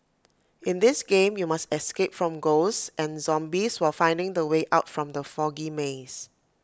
in this game you must escape from ghosts and zombies while finding the way out from the foggy maze